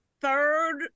third